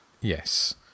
Yes